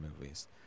movies